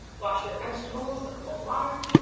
wash your vegetables with cold water.